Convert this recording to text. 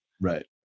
Right